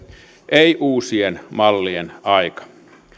ei uusien mallien aika